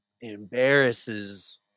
embarrasses